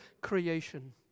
creation